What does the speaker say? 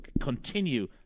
continue